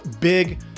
big –